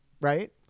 right